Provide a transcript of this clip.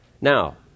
now